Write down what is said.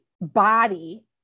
body